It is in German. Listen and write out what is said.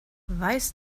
weiß